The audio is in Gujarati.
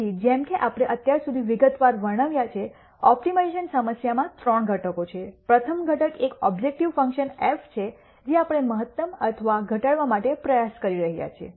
તેથી જેમ કે આપણે અત્યાર સુધી વિગતવાર વર્ણવ્યા છે ઓપ્ટિમાઇઝેશન સમસ્યામાં ત્રણ ઘટકો છે પ્રથમ ઘટક એક ઓબ્જેકટીવ ફંકશન f છે જે આપણે મહત્તમ અથવા ઘટાડવા માટે પ્રયાસ કરી રહ્યા છીએ